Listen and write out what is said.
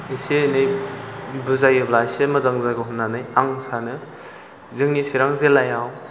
एसे एनै बुजायोब्ला एसे मोजां जागौ होननानै आं सानो जोंनि चिरां जिल्लायाव